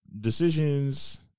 decisions